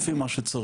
לפי מה שצריך.